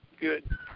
Good